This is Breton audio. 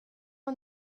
eus